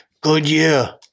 Goodyear